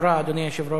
אדוני היושב-ראש,